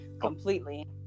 completely